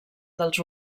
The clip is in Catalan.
dels